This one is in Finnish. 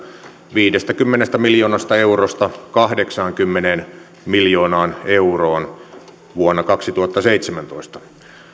viidestäkymmenestä miljoonasta eurosta kahdeksaankymmeneen miljoonaan euroon vuonna kaksituhattaseitsemäntoista